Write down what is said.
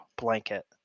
blanket